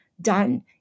done